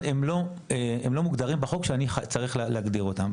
הם לא מוגדרים בחוק שאני צריך להגדיר אותם,